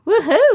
Woohoo